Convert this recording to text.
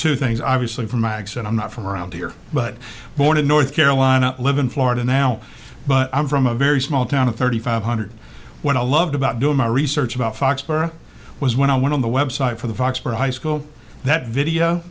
two things obviously from my accent i'm not from around here but born in north carolina live in florida now but i'm from a very small town of thirty five hundred what i loved about doing my research about fox para was when i went on the website for the fox for high school that video